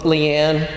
Leanne